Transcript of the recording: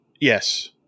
Yes